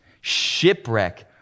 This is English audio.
Shipwreck